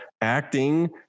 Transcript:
acting